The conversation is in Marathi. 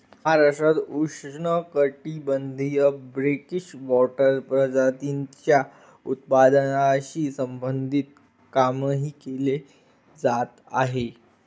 महाराष्ट्रात उष्णकटिबंधीय ब्रेकिश वॉटर प्रजातींच्या उत्पादनाशी संबंधित कामही केले जात आहे